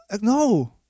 no